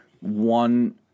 one